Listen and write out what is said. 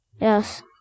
Yes